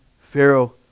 Pharaoh